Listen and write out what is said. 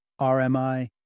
RMI